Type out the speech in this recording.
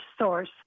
source